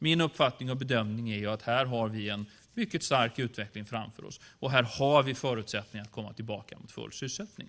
Min uppfattning och bedömning är att vi här har en mycket stark utveckling framför oss, och här har vi förutsättningar att komma tillbaka till full sysselsättning.